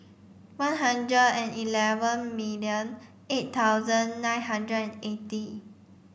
one hundred and eleven million eight thousand nine hundred and eighty